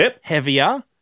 heavier